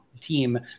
team